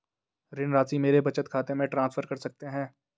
ऋण राशि मेरे बचत खाते में ट्रांसफर कर सकते हैं?